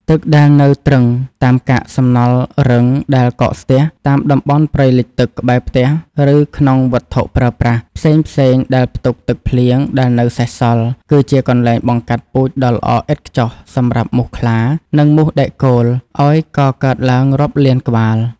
ទឹកដែលនៅទ្រឹងតាមកាកសំណល់រឹងដែលកកស្ទះ តាមតំបន់ព្រៃលិចទឹកក្បែរផ្ទះ ឬក្នុងវត្ថុប្រើប្រាស់ផ្សេងៗដែលផ្ទុកទឹកភ្លៀងដែលនៅសេសសល់ គឺជាកន្លែងបង្កាត់ពូជដ៏ល្អឥតខ្ចោះសម្រាប់មូសខ្លា និងមូសដែកគោលឱ្យកកើតឡើងរាប់លានក្បាល។